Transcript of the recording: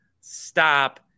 stop